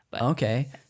Okay